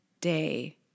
day